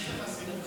יש לך סיבוב שני?